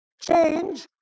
change